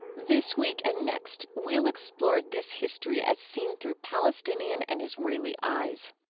this week and next, we'll explore this history as seen through palestinian and israeli eyes